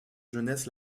jeunesse